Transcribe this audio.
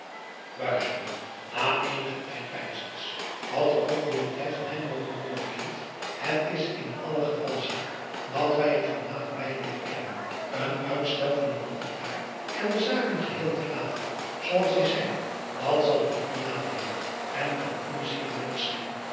at er ook door den tijd van zou mogen komen kind het is in allen gevalle zaak dat wij hem van nader bij leeren kennen en uitstel van een half jaar en de zaken geheel te laten zoo als zij zijn dat zal hem niet benadeelen en kan u zeer nuttig zijn